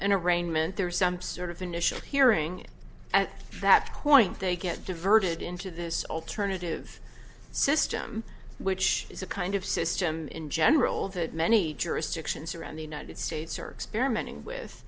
an arraignment there's some sort of initial hearing at that point they get diverted into this alternative system which is the kind of system in general that many jurisdictions around the united states are experimenting with